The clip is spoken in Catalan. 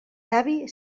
savi